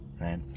right